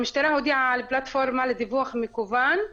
המשטרה הודיעה על פלטפורמה לדיווח מקוון,